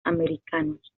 americanos